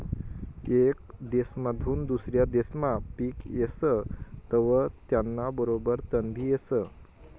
येक देसमाधून दुसरा देसमा पिक येस तवंय त्याना बरोबर तणबी येस